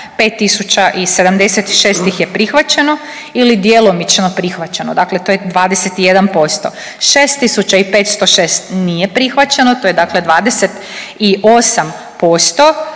5.076 ih je prihvaćeno ili djelomično prihvaćeno, dakle to je 21%. 6.506 nije prihvaćeno to je dakle 28%,